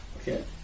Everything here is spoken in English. Okay